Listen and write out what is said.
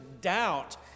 doubt